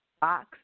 box